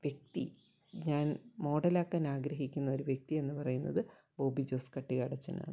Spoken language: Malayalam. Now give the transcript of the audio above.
വ്യക്തി ഞാൻ മോഡൽ ആക്കാൻ ആഗ്രഹിക്കുന്ന ഒരു വ്യക്തിയെന്ന് പറയുന്നത് ബോബി ജോസ് കട്ടികാട് അച്ചനാണ്